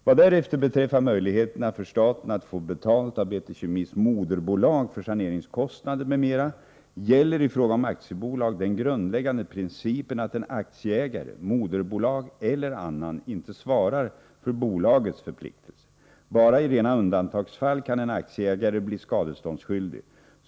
Vad därefter beträffar möjligheterna för staten att få betalt av BT Kemis moderbolag för saneringskostnader m.m. gäller i fråga om aktiebolag den grundläggande principen att en aktieägare — moderbolag eller annan — inte svarar för bolagets förpliktelser. Bara i rena undantagsfall kan en aktieägare bli skadeståndsskyldig.